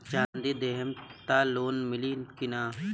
चाँदी देहम त लोन मिली की ना?